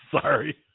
Sorry